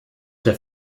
der